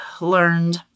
learned